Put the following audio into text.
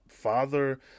Father